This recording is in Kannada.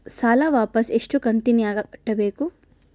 ಸಾಲ ವಾಪಸ್ ಎಷ್ಟು ಕಂತಿನ್ಯಾಗ ಕಟ್ಟಬೇಕು?